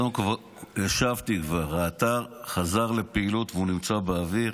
השבתי שהאתר כבר חזר לפעילות והוא נמצא באוויר.